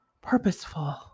purposeful